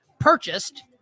Purchased